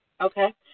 Okay